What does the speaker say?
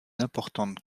importante